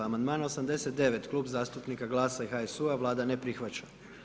Amandman 89., Klub zastupnika GLAS-a i HSU-a, Vlada ne prihvaća.